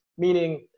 Meaning